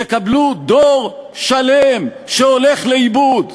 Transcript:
תקבלו דור שלם שהולך לאיבוד.